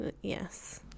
Yes